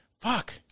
fuck